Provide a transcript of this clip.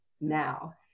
now